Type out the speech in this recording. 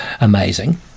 amazing